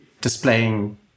displaying